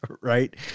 right